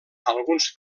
alguns